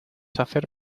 hacer